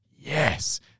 yes